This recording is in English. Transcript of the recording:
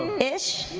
ish?